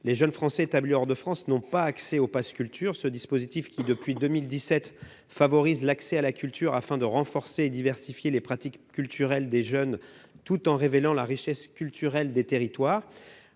les jeunes Français établis hors de France n'ont pas accès au pass Culture. Ce dispositif, depuis 2017, favorise l'accès à la culture afin de renforcer et de diversifier les pratiques culturelles des jeunes tout en révélant la richesse culturelle des territoires.